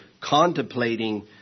contemplating